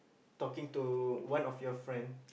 talking to one of your friend